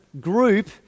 group